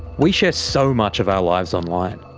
we share so much of our lives online.